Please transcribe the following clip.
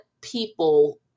people